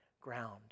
ground